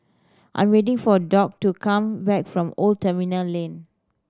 I'm waiting for a Doc to come back from Old Terminal Lane